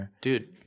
Dude